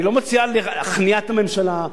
אני לא מציע להכניע את הממשלה,